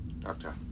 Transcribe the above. Doctor